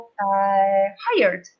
hired